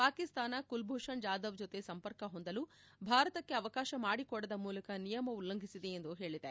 ಪಾಕಿಸ್ತಾನ ಕುಲ್ಭೂಷಣ್ ಜಾಧವ್ ಜೊತೆ ಸಂಪರ್ಕ ಹೊಂದಲು ಭಾರತಕ್ಕೆ ಅವಕಾಶ ಮಾದಿಕೊಡದ ಮೂಲಕ ನಿಯಮ ಉಲ್ಲಂಘಿಸಿದೆ ಎಂದು ಹೇಳಿದೆ